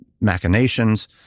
machinations